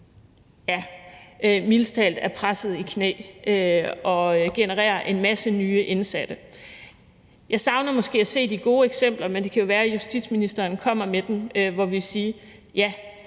som mildest talt er presset i knæ. Jeg savner måske at se de gode eksempler, men det kan jo være, justitsministeren kommer med dem, hvor vi kan sige: Ja,